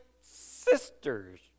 sisters